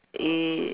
i~